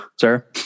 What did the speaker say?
sir